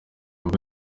ubwo